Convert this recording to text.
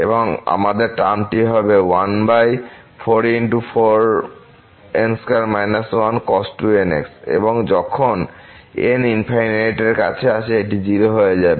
এবং আমাদের টার্মটি হবে এবং যখন n ∞ এর কাছে আসে এটি 0 হয়ে যাবে